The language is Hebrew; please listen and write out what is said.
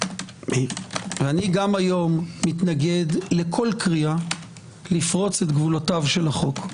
אני גם היום מתנגד לכל קריאה לפרוץ את גבולותיו של החוק.